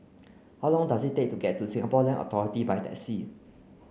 how long does it take to get to Singapore Land Authority by taxi